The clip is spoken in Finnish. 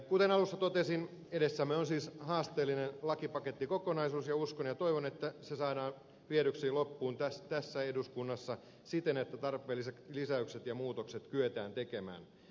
kuten alussa totesin edessämme on siis haasteellinen lakipakettikokonaisuus ja uskon ja toivon että se saadaan viedyksi loppuun tässä eduskunnassa siten että tarpeelliset lisäykset ja muutokset kyetään tekemään